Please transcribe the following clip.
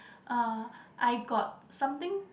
uh I got something